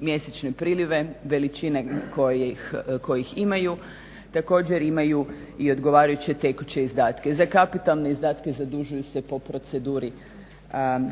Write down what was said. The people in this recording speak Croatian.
mjesečne prilive veličine kojih imaju. Također imaju i odgovarajuće tekuće izdatke. Za kapitalne izdatke zadužuju se po proceduri